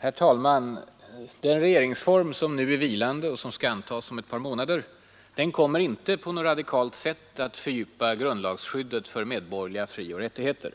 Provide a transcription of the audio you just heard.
Herr talman! Den regeringsform, som nu är vilande och som skall antas om ett par månader, kommer inte på något radikalt sätt att fördjupa grundlagsskyddet för medborgerliga frioch rättigheter.